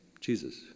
Jesus